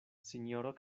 sinjoro